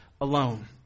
alone